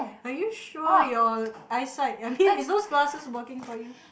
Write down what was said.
are you sure your eyesight I mean is those glasses working for you